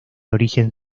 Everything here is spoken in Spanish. origen